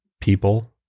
people